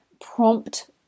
prompt